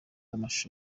amashusho